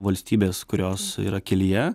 valstybės kurios yra kelyje